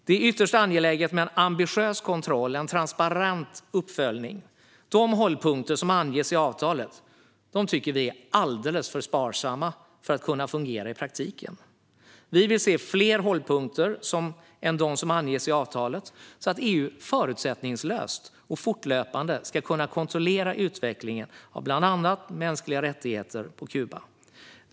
Det är ytterst angeläget med en ambitiös kontroll och en transparent uppföljning. De hållpunkter som anges i avtalet är alldeles för sparsamma för att kunna fungera i praktiken. Vi vill se fler hållpunkter än dem som anges i avtalet så att EU förutsättningslöst och fortlöpande ska kunna kontrollera utvecklingen av bland annat mänskliga rättigheter på Kuba.